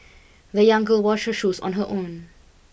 the young girl washed her shoes on her own